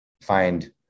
find